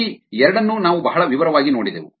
ಈ ಎರಡನ್ನು ನಾವು ಬಹಳ ವಿವರವಾಗಿ ನೋಡಿದೆವು